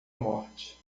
morte